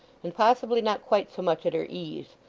and possibly not quite so much at her ease,